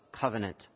covenant